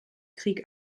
krieg